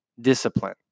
discipline